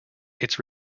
its